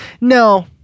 No